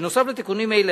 בנוסף לתיקונים אלה,